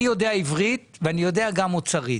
אני יודע עברית ואני יודע גם אוצרית.